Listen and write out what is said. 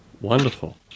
Wonderful